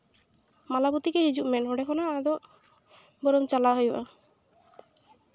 ᱢᱟᱞᱟᱵᱚᱛᱤ ᱜᱮ ᱦᱤᱡᱩᱜ ᱢᱮ ᱱᱚᱰᱮ ᱠᱷᱚᱱᱟᱜ ᱟᱫᱚ ᱵᱚᱨᱚᱝ ᱪᱟᱞᱟᱣ ᱦᱩᱭᱩᱜᱼᱟ